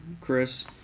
Chris